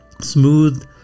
smooth